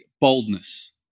boldness